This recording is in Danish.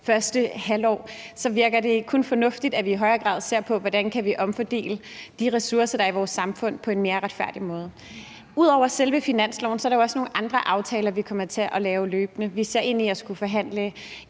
første halvår – så virker det kun fornuftigt, at vi i højere grad ser på, hvordan vi kan omfordele de ressourcer, der er i vores samfund, på en mere retfærdig måde. Ud over selve finansloven er der jo også nogle andre aftaler, vi kommer til at lave løbende. Vi ser ind i at skulle forhandle